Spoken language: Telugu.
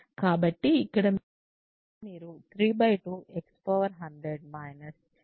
కాబట్టి ఇక్కడ మీరు 3 2 x100 8